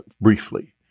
briefly